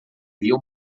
viu